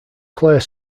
clare